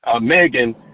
Megan